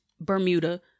Bermuda